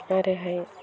आरोहाय